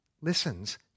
listens